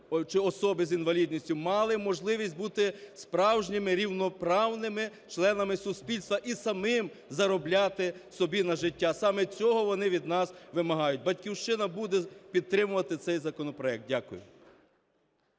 чи особи з інвалідністю, мали можливість бути справжніми рівноправними членами суспільства і самим заробляти собі на життя. Саме цього вони від нас вимагають. "Батьківщина" буде підтримувати цей законопроект. Дякую.